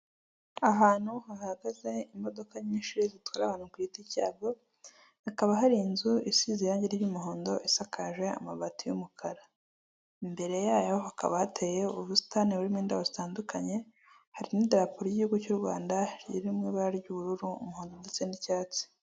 Ahantu hahagaze imodoka nyinshi zitwara abantu ku giti cyabo, hakaba hari inzu isize irangi ry'umuhondo, isakaje amabati y'umukara, imbere yayo hakaba hateye ubusitani burimo inda zitandukanye, hari n'idapo ry'igihugu cy'u Rwanda riri mu ibara ry'ubururu, umuhondo ndetse n'icyatsi.